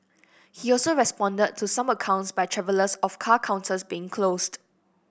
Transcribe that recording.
he also responded to some accounts by travellers of car counters being closed